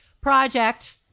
project